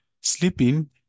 Sleeping